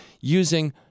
using